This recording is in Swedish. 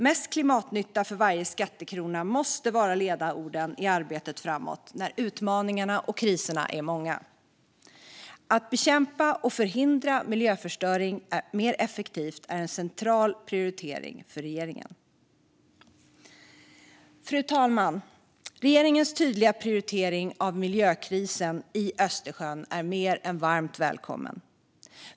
Mest klimatnytta för varje skattekrona måste vara ledorden i arbetet framåt när utmaningarna och kriserna är många. Att bekämpa och förhindra miljöförstöring mer effektivt är en central prioritering för regeringen. Fru talman! Regeringens tydliga prioritering av miljökrisen i Östersjön är mer än varmt välkommen.